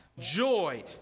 Joy